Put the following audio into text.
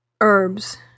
herbs